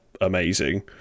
amazing